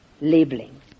labeling